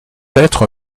être